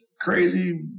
crazy